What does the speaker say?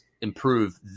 improve